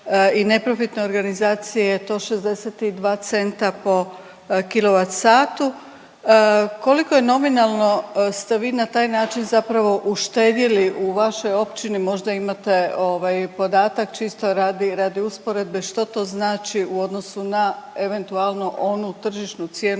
i neprofitne organizacije je to 62 centa po kW/h, koliko je nominalno ste vi na taj način zapravo uštedili u vašoj općini, možda imate podatak čisto radi usporedbe što to znači u odnosu na eventualno onu tržišnu cijenu